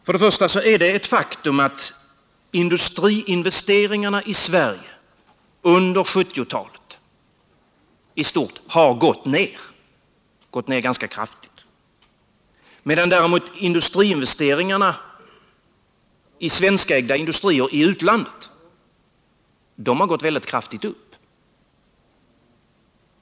För det första är det ett faktum att industriinvesteringarna i Sverige under 1970-talet i stort har gått ned ganska kraftigt, medan däremot industriinvesteringarna i svenskägda industrier i utlandet gått upp mycket kraftigt.